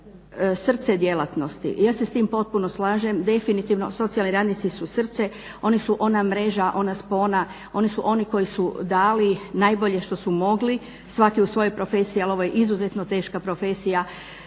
svaki u svojoj profesiji, ali ovo je izuzetno teška profesija